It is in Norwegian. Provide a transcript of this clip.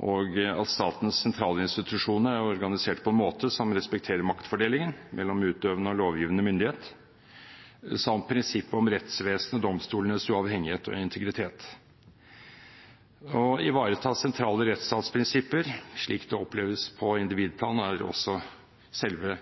og at statens sentrale institusjoner er organisert på en måte som respekterer maktfordelingen mellom utøvende og lovgivende myndighet samt prinsippet om rettsvesenet, domstolenes uavhengighet og integritet. Å ivareta sentrale rettsstatsprinsipper, slik det oppleves på individplan, er også selve